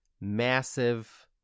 massive